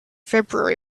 february